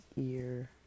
ear